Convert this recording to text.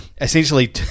Essentially